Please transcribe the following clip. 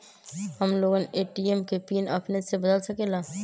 हम लोगन ए.टी.एम के पिन अपने से बदल सकेला?